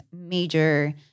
major